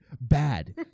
bad